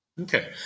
Okay